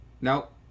nope